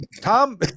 Tom